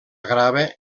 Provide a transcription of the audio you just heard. grava